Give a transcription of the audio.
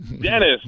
Dennis